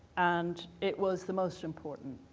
and it was the most important,